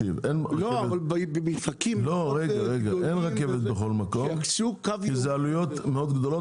כי זה עלויות מאוד גדולות,